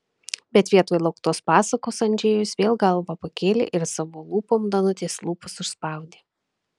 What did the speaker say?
bet vietoj lauktos pasakos andžejus vėl galvą pakėlė ir savo lūpom danutės lūpas užspaudė